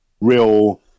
real